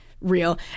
real